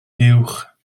fuwch